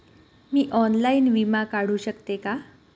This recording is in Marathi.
मी ऑनलाइन विमा काढू शकते का?